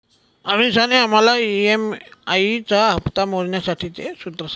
अमीषाने आम्हाला ई.एम.आई चा हप्ता मोजण्यासाठीचे सूत्र सांगितले